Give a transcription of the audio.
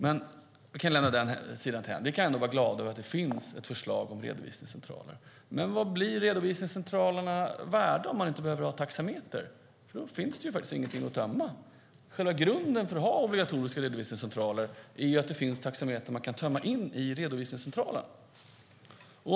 Men vi kan lämna det därhän och ändå vara glada över att det finns ett förslag om redovisningscentraler. Men vad blir redovisningscentralerna värda om man inte behöver ha taxameter? Då finns det ju ingenting att tömma! Själva grunden för att ha obligatoriska redovisningscentraler är ju att det finns taxametrar man kan tömma in i redovisningscentralen.